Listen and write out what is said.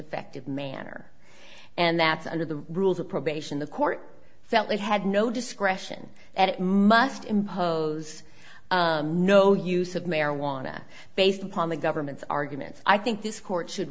effective manner and that's under the rules of probation the court felt they had no discretion and it must impose no use of marijuana based upon the government's arguments i think this court should